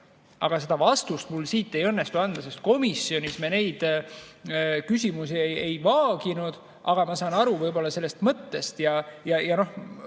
hea, aga vastust mul siit ei õnnestu anda, sest komisjonis me neid küsimusi ei vaaginud. Aga ma saan võib-olla selle mõttest aru.